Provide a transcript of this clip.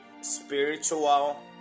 spiritual